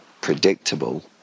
predictable